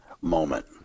moment